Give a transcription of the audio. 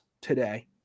today